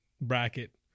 bracket